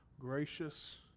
gracious